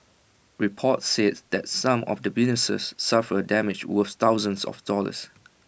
reports says that some of the businesses suffered damage worth thousands of dollars